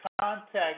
contact